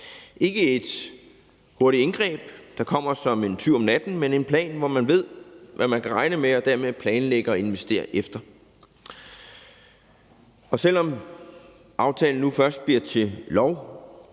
ikke et hurtigt indgreb, der kommer som en tyv om natten, men en plan, hvor man ved, hvad man kan regne med og dermed planlægge og investere efter. Og selv om aftalen først nu bliver til lov,